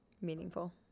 Meaningful